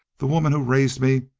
the woman who raised me,